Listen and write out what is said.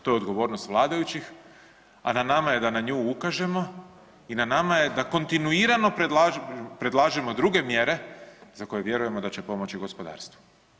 To je odgovornost vladajućih, a na nama je da na nju ukažemo i na nama je da kontinuirano predlažemo druge mjere za koje vjerujemo da će pomoći gospodarstvu.